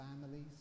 families